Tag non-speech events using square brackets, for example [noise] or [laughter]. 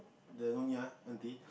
the Nyonya auntie [noise]